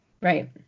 Right